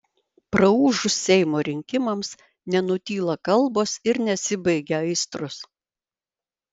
praūžus seimo rinkimams nenutyla kalbos ir nesibaigia aistros